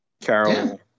Carol